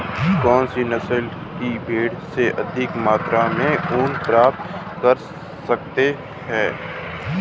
कौनसी नस्ल की भेड़ से अधिक मात्रा में ऊन प्राप्त कर सकते हैं?